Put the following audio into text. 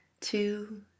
two